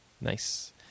Nice